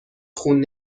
خون